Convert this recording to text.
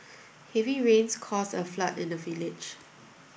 heavy rains caused a flood in the village